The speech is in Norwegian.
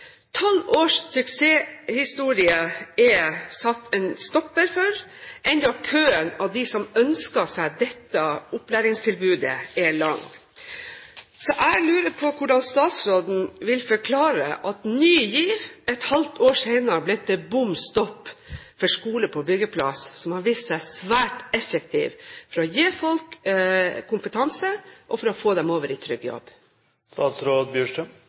tolv års suksesshistorie er det satt en stopper for, enda køen av dem som ønsker seg dette opplæringstilbudet, er lang. Så jeg lurer på hvordan statsråden vil forklare at Ny GIV et halvt år senere blir til bom stopp for Skole på byggeplass, som har vist seg svært effektiv for å gi folk kompetanse og få dem over i trygg